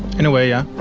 in a way, yeah.